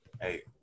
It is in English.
Hey